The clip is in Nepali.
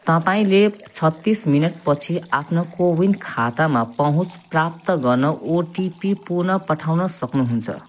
तपाईँँले छत्तिस मिनेटपछि आफ्नो कोविन खातामा पहुँच प्राप्त गर्न ओटिपी पुन पठाउन सक्नुहुन्छ